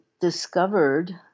discovered